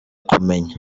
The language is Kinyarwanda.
kumenya